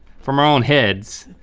from our own heads.